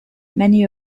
many